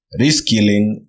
reskilling